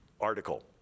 article